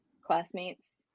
classmates